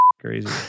Crazy